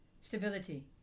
stability